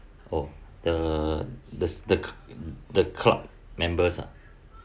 oh the the the the club members ah